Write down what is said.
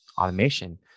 automation